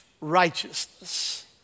righteousness